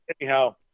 anyhow